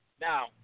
Now